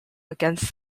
against